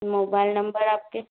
mobile number आपके